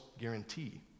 guarantee